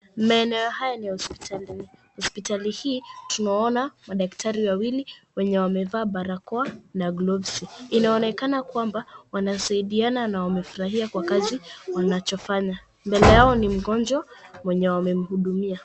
Maeneo haya ni ya hospitalini. Hospitali hii tunaona madaktari wawili wenye wamevaa barakoa na gloves .Inaonekana kwamba wanasaidiana na wamefurahia kwa kazi wanachofanya. Mbele yao ni mgonjwa mwenye wamemhudumia.